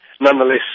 nonetheless